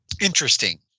Interesting